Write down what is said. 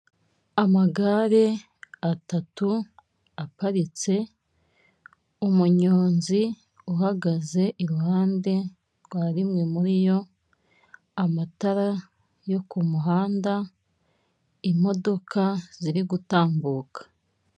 Amagare atatu aparitse, umunyonzi uhagaze iruhande rwa rimwe muri yo, amatara yo ku muhanda imodoka ziri gutambuka.